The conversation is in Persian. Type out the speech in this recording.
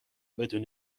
بدون